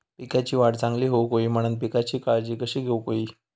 पिकाची वाढ चांगली होऊक होई म्हणान पिकाची काळजी कशी घेऊक होई?